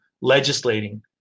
legislating